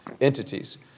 entities